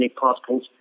particles